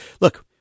look